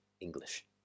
English